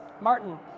Martin